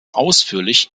ausführlich